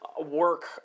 work